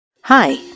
Hi